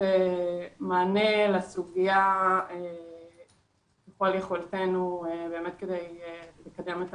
מענה לסוגיה ככל יכולתנו באמת כדי לקדם את